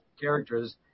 characters